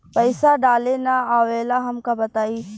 पईसा डाले ना आवेला हमका बताई?